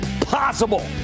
possible